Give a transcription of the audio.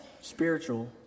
spiritual